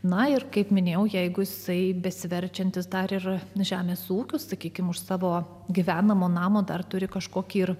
na ir kaip minėjau jeigu jisai besiverčiantis dar ir žemės ūkiu sakykime už savo gyvenamo namo dar turi kažkokį